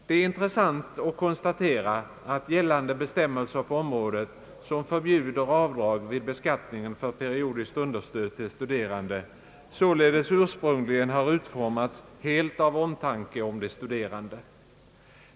Det är intressant att konstatera, att gällande bestämmelser på området, som förbjuder avdrag vid beskattningen för periodiskt understöd till studerande, således ursprungligen har utformats helt av omtanke om de studerande.